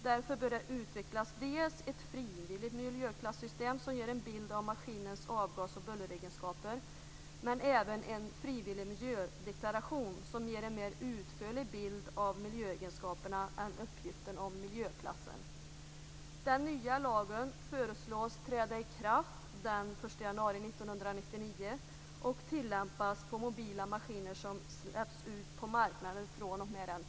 Därför bör det utvecklas dels ett frivilligt miljöklassystem som ger en bild av maskinernas avgas och bulleregenskaper, dels en frivillig miljödeklaration som ger en mer utförlig bild av miljöegenskaperna än uppgiften av miljöklassen. Den nya lagen föreslås träda i kraft den Fru talman!